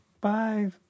bye